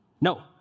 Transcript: No